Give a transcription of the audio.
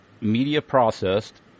media-processed